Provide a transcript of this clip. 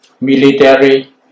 military